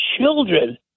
children